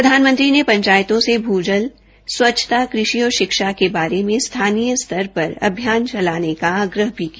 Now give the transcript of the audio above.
प्रधानमंत्री ने पंचायतों से मु जल स्वच्छता कृषि और शिक्षा के बारे में स्थानीय स्तर पर अभियान चलाने का आग्रह भी किया